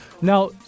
Now